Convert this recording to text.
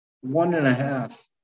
one-and-a-half